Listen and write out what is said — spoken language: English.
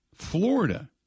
Florida